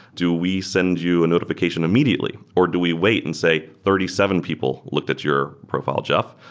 do we send you a notification immediately or do we wait and say, thirty seven people looked at your profile, jeff,